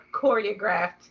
choreographed